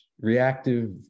reactive